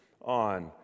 on